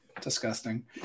disgusting